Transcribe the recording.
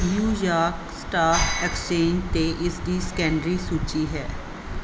New York stock exchange 'ਤੇ ਇਸਦੀ secondary ਸੂਚੀ ਹੈ